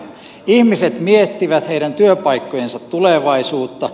ihmiset miettivät työpaikkojensa tulevaisuutta